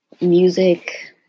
music